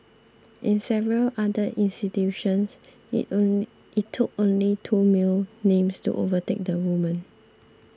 in several other institutions it only took only two male names to overtake the women